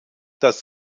dass